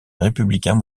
républicains